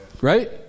Right